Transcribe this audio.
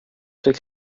soit